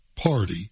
party